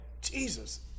Jesus